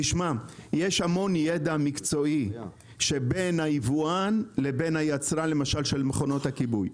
יש המון ידע מקצועי שבין היבואן לבין היצרן למשל של מכונות הכיבוי.